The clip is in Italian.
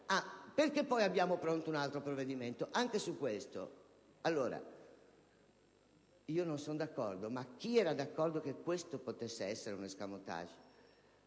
perché poi abbiamo pronto un altro provvedimento? Anche in merito a ciò non sono d'accordo, ma chi era d'accordo che questo potesse costituire un *escamotage*